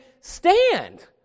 stand